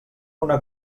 una